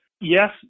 yes